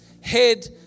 head